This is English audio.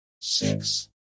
six